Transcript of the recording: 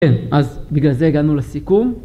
אז בגלל זה הגענו לסיכום,